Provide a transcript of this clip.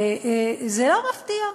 וזה לא מפתיע,